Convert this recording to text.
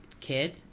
kid